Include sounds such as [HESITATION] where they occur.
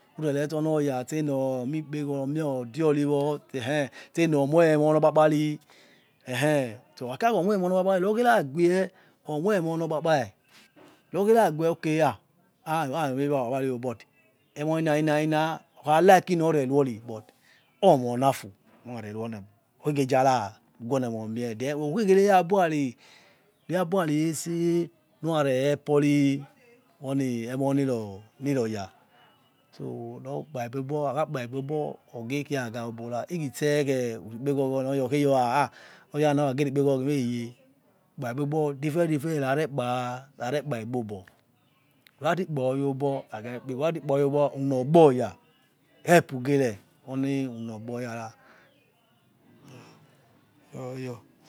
Urere ste onoya steni omikpegoro odiori wo ehh steni omoi emonokpa kpari eeh okhakira khi omoi emono koakpiri rokhakera ghe omoumo nokpa kpai rukheraghe okha hamoimera kpapari but emonina nina nina okhalike nor reori but omona fu norrareno niemor okhege zara guonemomie than we wehokhere abu rarirese rehelpori emoni roya so nor kpagbe obo akhekpagbeo bo ogekia agha obora ikhi tse khe urukpegorona ha ono yana oraye rikpe ghoro nor onoya okheyori haha oni oyana ogheribkpegore eyeh rukpa igbe obo different different way rarekpage be obo kpa rarekpaigbe obo urati kpa oyo obo aga-ikpegoro irati paw unogboya helpu gere oniunogbo yara [HESITATION] eroyo.